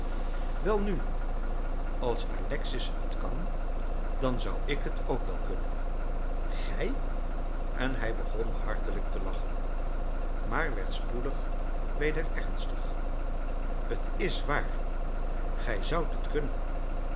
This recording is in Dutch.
welnu als alexis het kan dan zou ik het ook wel kunnen gij en hij begon hartelijk te lachen maar werd spoedig weder ernstig t is waar gij zoudt het kunnen